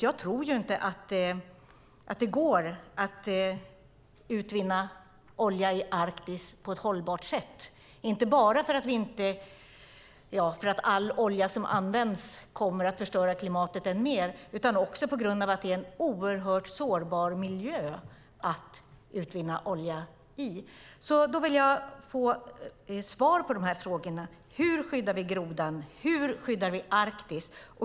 Jag tror inte att det går att utvinna olja i Arktis på ett hållbart sätt, inte bara för att all olja som används kommer att förstöra klimatet än mer, utan också på grund av att det är en oerhört sårbar miljö att utvinna olja i. Jag vill få svar på frågorna. Hur skyddar vi grodan? Hur skyddar vi Arktis?